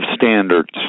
standards